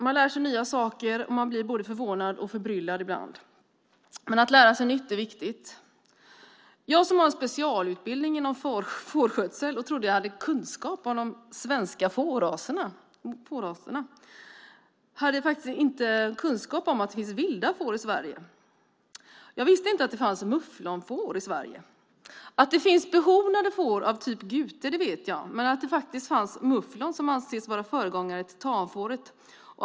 Man lär sig nya saker, och man blir både förvånad och förbryllad ibland. Men att lära sig nytt är viktigt. Jag som har en specialutbildning inom fårskötsel trodde att jag hade kunskap om de svenska fårraserna, men jag hade inte kunskap om att det finns vilda får i Sverige. Jag visste inte att det finns mufflonfår i Sverige. Att det finns behornade får av typ gute vet jag men inte att det finns mufflon som anses vara föregångaren till tamfåret.